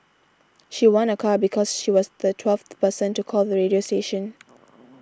she won a car because she was the twelfth person to call the radio station